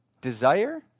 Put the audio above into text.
desire